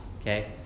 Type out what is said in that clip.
okay